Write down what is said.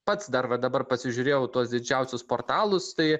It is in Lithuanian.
pats dar va dabar pasižiūrėjau tuos didžiausius portalus tai